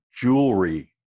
jewelry